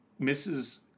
Mrs